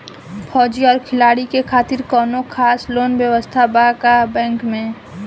फौजी और खिलाड़ी के खातिर कौनो खास लोन व्यवस्था बा का बैंक में?